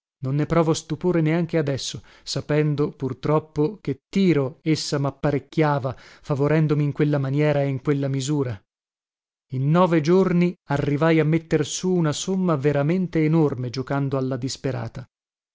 non ne provo stupore neanche adesso sapendo pur troppo che tiro essa mapparecchiava favorendomi in quella maniera e in quella misura in nove giorni arrivai a metter sù una somma veramente enorme giocando alla disperata